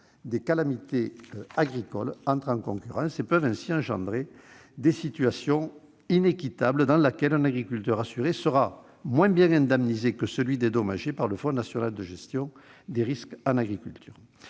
des calamités agricoles entrent en concurrence, ce qui peut engendrer des situations inéquitables : il arrive qu'un agriculteur assuré soit moins bien indemnisé que celui qui est dédommagé par le Fonds national de gestion des risques en agriculture.